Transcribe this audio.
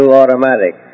automatic